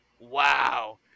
wow